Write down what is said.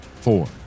Four